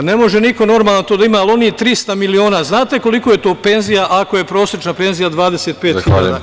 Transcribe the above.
Pa, ne može niko normalan to da ima, ali onih 300 miliona, znate koliko je to penzija ako je prosečna penzija 25 hiljada?